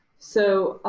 so